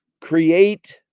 create